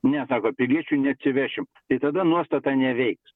ne sako piliečių neatsivešim tai tada nuostata neveiks